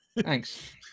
Thanks